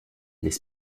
les